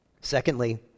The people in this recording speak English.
Secondly